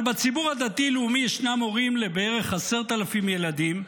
אבל בציבור הדתי-לאומי ישנם הורים בערך ל-10,000 ילדים,